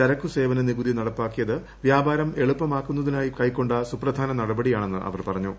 ചരക്കു സേവന നികുതി നടപ്പാക്കൂടിയത് വ്യാപാരം എളുപ്പമാക്കുന്നതിനായി കൈക്കൊണ്ട സുപ്രധ്യാന്റ് ഗ്നടപടിയാണെന്ന് അവർ പറഞ്ഞു